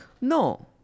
No